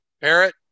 Parrot